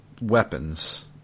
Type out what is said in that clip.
weapons